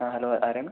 ആ ഹലോ ആരാണ്